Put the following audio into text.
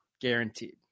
guaranteed